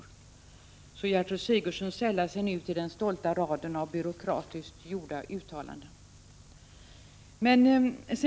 Gertrud Sigurdsens kommentar sällar sig nu till den stolta raden av byråkratiskt gjorda uttalanden.